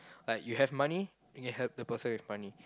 like you have money you can help the person with money